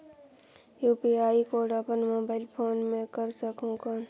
UPI code अपन mobile phone मे कर सकहुं कौन?